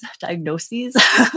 diagnoses